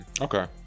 okay